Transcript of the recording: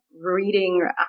reading